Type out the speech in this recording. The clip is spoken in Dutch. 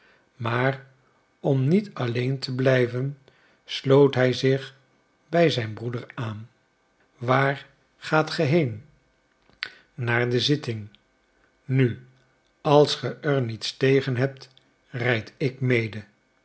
maar om niet alleen te blijven sloot hij zich bij zijn broeder aan waar gaat ge heen naar de zitting nu als ge er niets tegen hebt rijd ik mede